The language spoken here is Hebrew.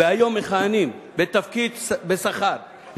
והיום מכהנים בתפקיד בשכר,